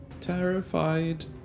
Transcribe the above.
terrified